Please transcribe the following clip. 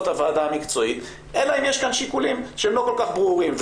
הוועדה המקצועית אלא אם יש כאן שיקולים שהם לא כל כך ברורים.